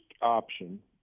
option